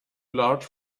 large